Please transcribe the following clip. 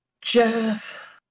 Jeff